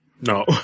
no